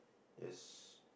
yes